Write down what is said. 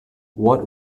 what